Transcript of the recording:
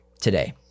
today